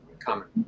comment